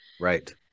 Right